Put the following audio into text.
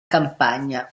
campagna